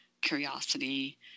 curiosity